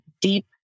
deep